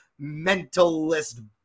mentalist